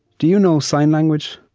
do you know sign language?